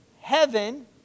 heaven